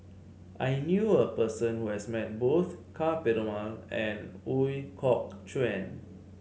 I knew a person who has met both Ka Perumal and Ooi Kok Chuen